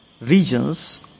regions